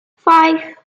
five